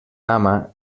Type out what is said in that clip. dama